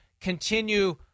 continue